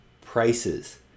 prices